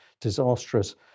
disastrous